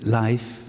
life